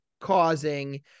causing